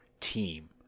team